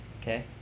okay